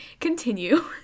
continue